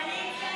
סעיף 2,